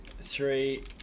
three